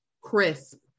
Crisp